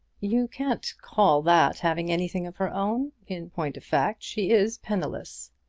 you can't call that having anything of her own. in point of fact she is penniless.